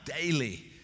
daily